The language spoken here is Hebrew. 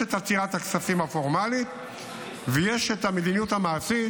יש את עצירת הכספים הפורמלית ויש את המדיניות המעשית,